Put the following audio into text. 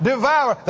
Devour